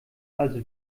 also